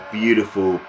beautiful